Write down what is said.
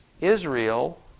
Israel